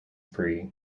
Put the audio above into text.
prix